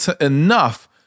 enough